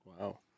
Wow